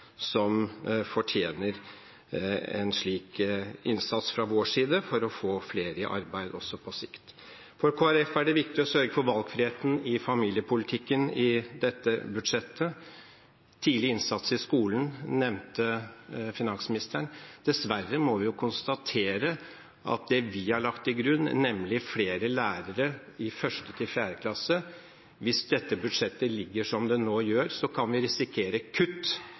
å få flere i arbeid også på sikt. For Kristelig Folkeparti er det viktig å sørge for valgfriheten i familiepolitikken i dette budsjettet. Tidlig innsats i skolen, nevnte finansministeren. Dessverre må vi konstatere at det vi har lagt til grunn, nemlig flere lærere i 1.–4. klasse, kan vi, hvis budsjettet ligger som det nå gjør, risikere kutt i, og det kan